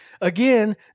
again